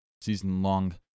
season-long